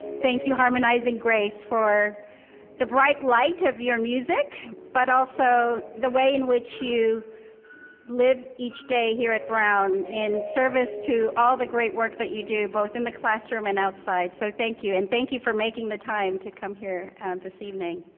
thank you harmonizing grace for the bright light of your music, but also the way in which you live each day here at brown in service to all the great work that you do, both in the classroom and outside. so thank you and thank you for making the time to come here this evening.